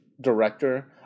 Director